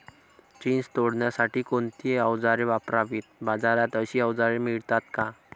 चिंच तोडण्यासाठी कोणती औजारे वापरावीत? बाजारात अशी औजारे मिळतात का?